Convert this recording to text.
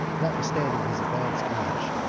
notwithstanding his advanced age,